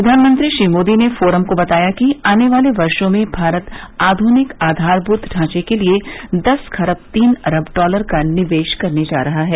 प्रधानमंत्री श्री मोदी ने फोरम को बताया कि आने वाले वर्षो में भारत आधुनिक आधारमूत ढांचे के लिए दस खरब तीन अरब डॉलर का निवेश करने जा रहा है